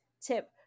tip